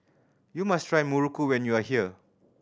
you must try muruku when you are here